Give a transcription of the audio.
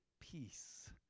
peace